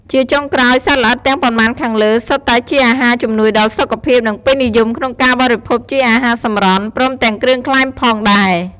ជាចុងក្រោយ សត្វល្អិតទាំងប៉ុន្មានខាងលើសុទ្ធតែជាអាហារជំនួយដល់សុខភាព និងពេញនិយមក្នុងការបរិភោគជាអាហារសម្រន់ ព្រមទាំងគ្រឿងក្លែមផងដែរ។